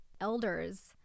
elders